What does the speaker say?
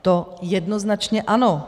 To jednoznačně ano.